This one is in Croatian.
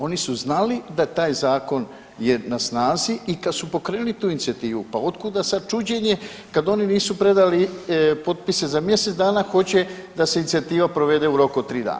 Oni su znali da taj zakon je na snazi i kad su pokrenuli prvu inicijativu pa otkuda sad čuđenje kad oni nisu predali potpise za mjesec dana, hoće da se inicijativa provede u roku od 3 dana.